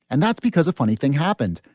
and that's because a funny thing happened.